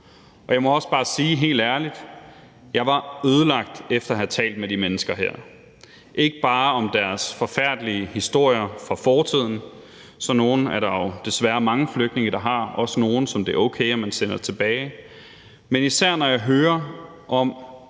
og jeg må også bare sige helt ærligt, at jeg var ødelagt efter at have talt med de her mennesker, ikke bare om deres forfærdelige historier fra fortiden – sådan nogle er der jo desværre mange flygtninge der har, også nogle, som det er okay at man sender tilbage – men især når jeg hører om,